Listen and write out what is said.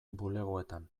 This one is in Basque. bulegoetan